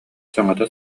саҥата